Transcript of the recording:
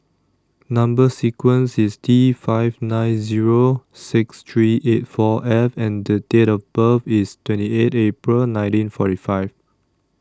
Number sequence IS T five nine Zero six three eight four F and The Date of birth IS twenty eight April nineteen forty five